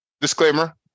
disclaimer